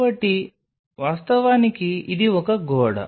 కాబట్టి వాస్తవానికి ఇది ఒక గోడ